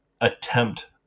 attempt